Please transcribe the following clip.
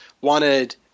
wanted